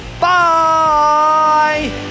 Bye